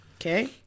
Okay